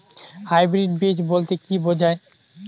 Hybrid বীজ বলতে কী বোঝায়?